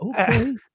okay